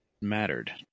mattered